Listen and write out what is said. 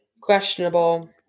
Questionable